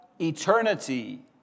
eternity